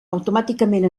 automàticament